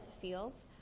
Fields